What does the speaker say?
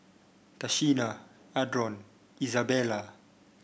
Tashina Adron Izabella